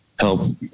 help